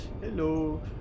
Hello